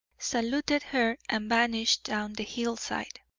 saluted her, and vanished down the hillside.